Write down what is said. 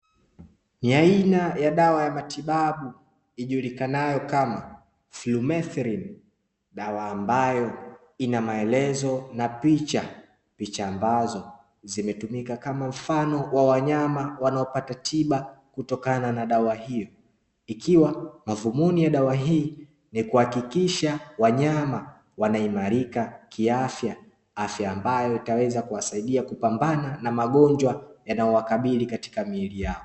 Ni aina ya dawa ya matibabu, ijulikanayo kama "influmethrine" dawa ambayo ina maelezo na picha, picha ambazo zimetumika kama mfano wa wanyama wanaopata tiba kutokana na dawa hiyo, ikiwa madhumuni ya dawa hii ni kuhakikisha wanyama wanaimarika kiafya, afya ambayo itaweza kuwasaidia kupambana na magonjwa yanayowakabili katika miili yao.